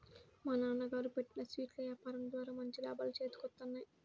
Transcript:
మా నాన్నగారు పెట్టిన స్వీట్ల యాపారం ద్వారా మంచి లాభాలు చేతికొత్తన్నాయి